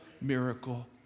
miracle